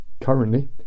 Currently